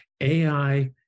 AI